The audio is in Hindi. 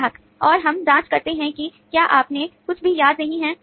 ग्राहक और हम जांच करते हैं कि क्या आपने कुछ भी याद नहीं किया है